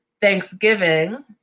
Thanksgiving